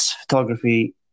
photography